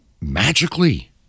magically